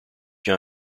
fut